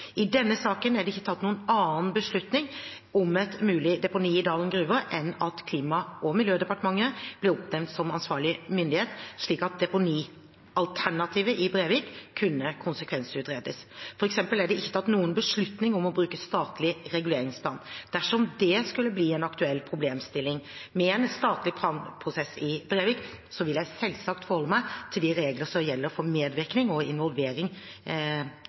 I denne saken er det ikke tatt noen annen beslutning om et mulig deponi i Dalen gruver enn at Klima- og miljødepartementet ble oppnevnt som ansvarlig myndighet, slik at deponialternativet i Brevik kunne konsekvensutredes. For eksempel er det ikke tatt noen beslutning om å bruke statlig reguleringsplan. Dersom det skulle bli en aktuell problemstilling med en statlig planprosess i Brevik, vil jeg selvsagt forholde meg til de regler som gjelder for medvirkning og involvering,